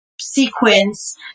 sequence